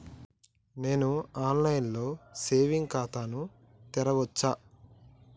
నేను online లో saving ఖాతా ను తెరవచ్చా?